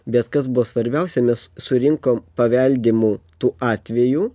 bet kas buvo svarbiausia mes surinkom paveldimų tų atvejų